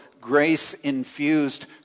grace-infused